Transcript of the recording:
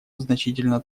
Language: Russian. значительно